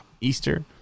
Easter